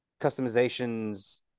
customizations